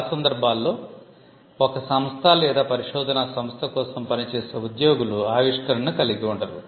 చాలా సందర్భాల్లో ఒక సంస్థ లేదా పరిశోధనా సంస్థ కోసం పనిచేసే ఉద్యోగులు ఆవిష్కరణను కలిగి ఉండరు